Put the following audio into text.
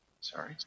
Sorry